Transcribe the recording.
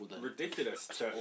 ridiculous